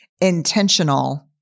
intentional